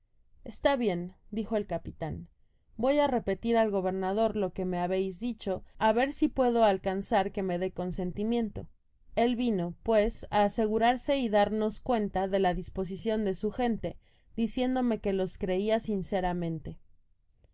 esta bien dijo el capitan voy á repetir al gobernador lo que me habeis dicho á ver si puedo alcanzar que me dé su consentimiento el vino pues á asegurarme y darme cuenta de la disposicion de su gente diciéndome que los reia